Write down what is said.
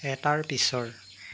এটাৰ পিছৰ